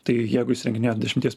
tai jeigu įsirenginėjat dešimties